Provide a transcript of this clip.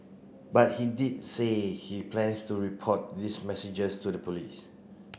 but he did say he plans to report these messages to the police